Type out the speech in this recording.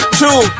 two